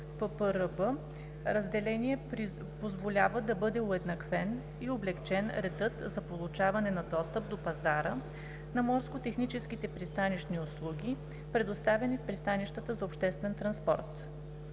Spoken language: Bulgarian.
разделение позволява да бъде уеднаквен и облекчен редът за получаване на достъп до пазара на морско-техническите пристанищни услуги, предоставяни в пристанищата за обществен транспорт.